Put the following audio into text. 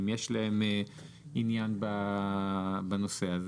אם יש להם עניין בנושא הזה.